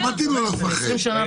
אני כבר 20 שנה פה.